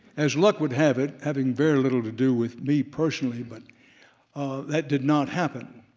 as luck would have it, having very little to do with me personally, but that did not happen.